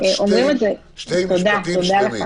תודה לך,